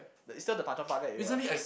the it's still the Tanjong-Pagar area